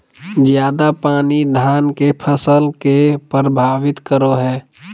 ज्यादा पानी धान के फसल के परभावित करो है?